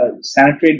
sanitary